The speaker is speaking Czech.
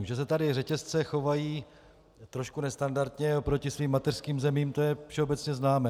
Že se tu řetězce chovají trochu nestandardně oproti svým mateřským zemím, to je všeobecně známé.